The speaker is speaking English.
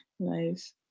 Nice